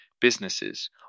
Businesses